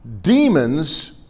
Demons